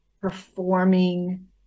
performing